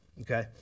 Okay